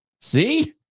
See